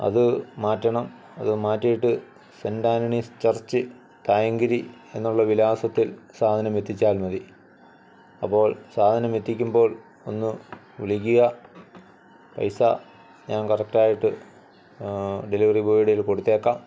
അത് മാറ്റണം അത് മാറ്റിയിട്ട് സെൻറ്റ് ആൻറ്റണീസ് ചർച്ച് തായങ്കരി എന്നുള്ള വിലാസത്തിൽ സാധനം എത്തിച്ചാൽ മതി അപ്പോൾ സാധനമെത്തിക്കുമ്പോൾ ഒന്ന് വിളിക്കുക പൈസ ഞാൻ കറക്റ്റായിട്ട് ഡെലിവറി ബോയ്ടേയ്യില് കൊടുത്തേക്കാം